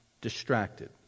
distracted